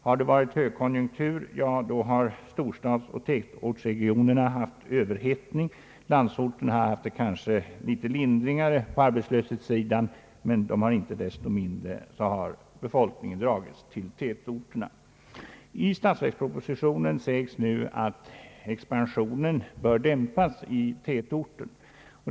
Har det varit högkonjunktur har storstadsoch tätortsregionerna haft överhettning. Landsorten har kanske fått uppleva vissa lindringar på arbetslöshetssidan, men inte desto mindre har befolkningen dragits till tätorterna. I statsverkspropositionen heter det att expansionen i tätorten bör dämpas.